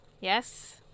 Yes